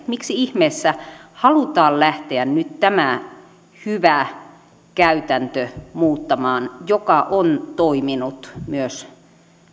miksi ihmeessä halutaan lähteä nyt tämä hyvä käytäntö muuttamaan joka on toiminut myös